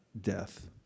death